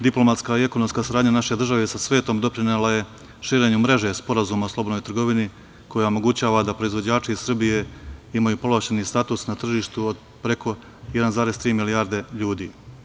Diplomatska i ekonomska saradnja naše države sa svetom doprinela je širenju mreže sporazuma o slobodnoj trgovini koja omogućava da proizvođači Srbije imaju povlašećni status na tržištu od preko 1,3 milijarde ljudi.